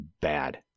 bad